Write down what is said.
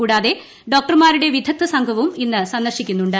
കൂടാതെ ഡോക്ടർമാരുടെ വിദഗ്ധസംഘവും ഇന്ന് സന്ദർശിക്കുന്നുണ്ട്